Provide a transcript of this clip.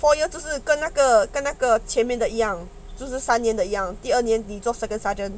four year 就是跟那个跟那个前面的一样就是三年的一样第二年你做 second sergeant